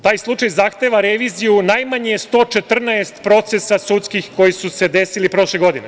Taj slučaj zahteva reviziju najmanje 114 sudskih procesa koji su se desili prošle godine.